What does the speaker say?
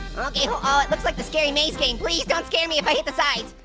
okay oh it looks like the scary maze game. please don't scare me if i hit the sides.